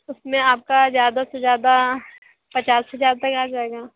उसमें आपका ज़्यादा से ज़्यादा पचास हज़ार तक आ जाएगा